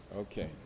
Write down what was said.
okay